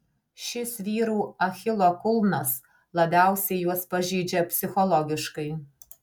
šis vyrų achilo kulnas labiausiai juos pažeidžia psichologiškai